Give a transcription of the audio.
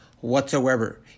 whatsoever